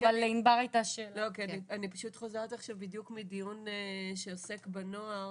לא כי אני פשוט חוזרת עכשיו בדיוק מדיון שעוסק בנוער